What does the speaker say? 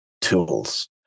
tools